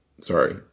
sorry